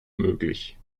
möglich